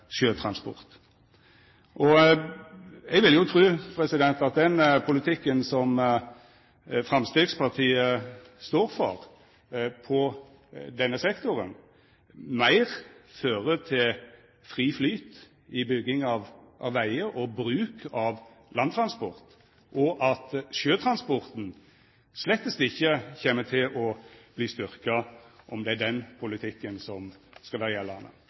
sjøtransport. Eg vil tru at den politikken som Framstegspartiet står for på denne sektoren, meir fører til fri flyt i bygging av vegar og bruk av langtransport, og at sjøtransporten slett ikkje kjem til å verta styrkt om det er den politikken som skal vera gjeldande.